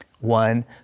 One